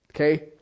Okay